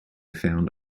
found